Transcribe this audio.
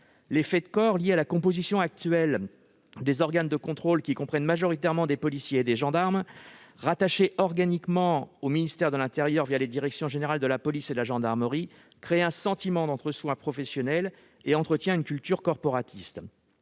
L'effet de corps lié à la composition actuelle des organes de contrôle qui comprennent majoritairement des policiers et des gendarmes rattachés organiquement au ministère de l'intérieur, les directions générales de la police et de la gendarmerie, crée un sentiment d'entre-soi professionnel et entretient une culture corporatiste.